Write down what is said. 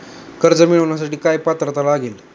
कर्ज मिळवण्यासाठी काय पात्रता लागेल?